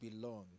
belong